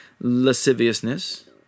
lasciviousness